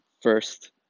first